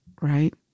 right